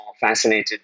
fascinated